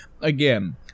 Again